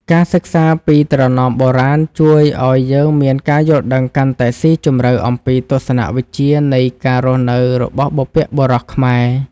ការសិក្សាពីត្រណមបុរាណជួយឱ្យយើងមានការយល់ដឹងកាន់តែស៊ីជម្រៅអំពីទស្សនវិជ្ជានៃការរស់នៅរបស់បុព្វបុរសខ្មែរ។